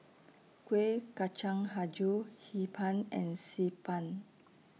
Kuih Kacang Hijau Hee Pan and Xi Ban